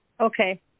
Okay